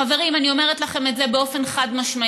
חברים, אני אומרת לכם את זה באופן חד-משמעי: